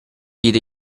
did